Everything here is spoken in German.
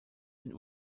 den